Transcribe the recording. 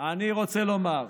אני רוצה לומר,